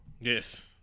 Yes